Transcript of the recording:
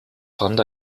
fand